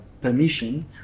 permission